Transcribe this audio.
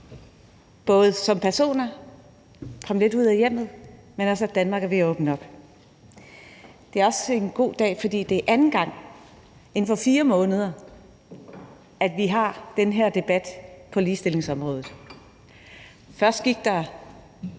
både som personer – vi kommer lidt ud af hjemmet – men også Danmark er ved at åbne op, men det er også en god dag, fordi det er anden gang inden for 4 måneder, at vi har den her debat på ligestillingsområdet. Først gik der